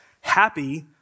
happy